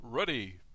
Ready